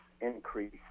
increase